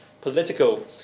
political